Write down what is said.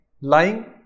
lying